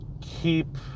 keep